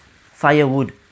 firewood